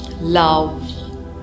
love